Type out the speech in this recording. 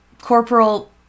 Corporal